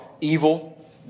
Evil